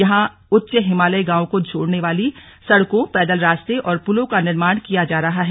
यहां उच्च हिमालयी गांवों को जोड़ने वाली सड़कों पैदल रास्ते और पुलों का निर्माण किया जा रहा है